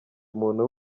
muntu